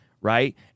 right